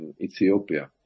Ethiopia